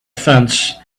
fence